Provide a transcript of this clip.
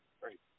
Great